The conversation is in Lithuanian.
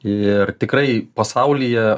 ir tikrai pasaulyje